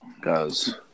guys